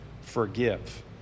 forgive